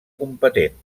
competent